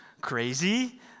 crazy